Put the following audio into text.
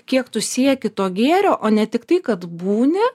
kiek tu sieki to gėrio o ne tiktai kad būni